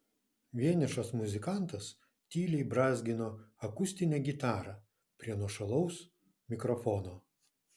vienišas muzikantas tyliai brązgino akustinę gitarą prie nuošalaus mikrofono